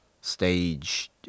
stage